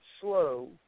slow